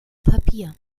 papier